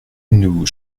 nous